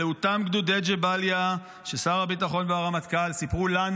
אלה אותם גדודי ג'באליה ששר הביטחון והרמטכ"ל סיפרו לנו,